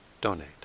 donate